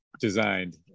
designed